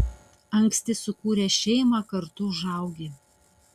anksti sukūręs šeimą kartu užaugi